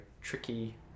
tricky